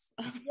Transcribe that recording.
Yes